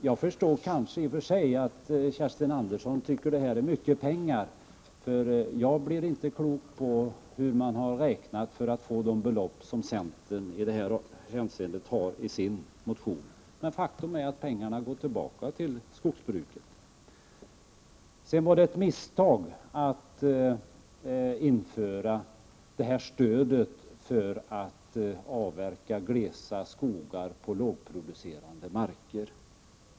Jag förstår i och för sig att Kerstin Andersson tycker att det här är mycket pengar, och jag blir inte klok på hur man har räknat för att få fram centermotionens belopp. Faktum är att pengarna går tillbaka till skogsbruket. Sedan var det ett misstag att införa stödet för avverkning av glesa skogar på lågproducerande marker.